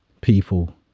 people